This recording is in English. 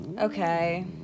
Okay